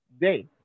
day